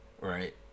right